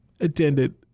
attended